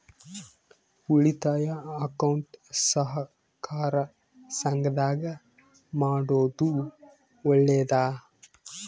ಉಳಿತಾಯ ಅಕೌಂಟ್ ಸಹಕಾರ ಸಂಘದಾಗ ಮಾಡೋದು ಒಳ್ಳೇದಾ?